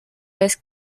vez